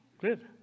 Good